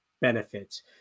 benefits